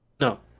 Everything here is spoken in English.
no